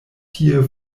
tie